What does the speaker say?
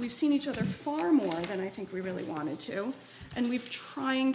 we've seen each other far more than i think we really wanted to and we've trying